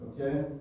okay